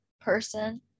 person